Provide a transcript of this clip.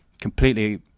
completely